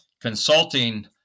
consulting